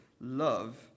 love